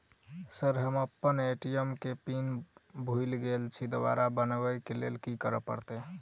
Sir हम अप्पन ATM केँ पिन भूल गेल छी दोबारा बनाबै लेल की करऽ परतै?